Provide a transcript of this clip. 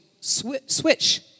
switch